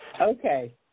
Okay